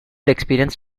experience